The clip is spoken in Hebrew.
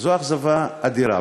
וזו אכזבה אדירה.